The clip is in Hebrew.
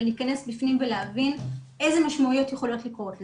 אלא להיכנס בפנים ולהבין איזה משמעויות יכולות לקרות מזה.